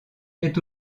est